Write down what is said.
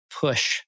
push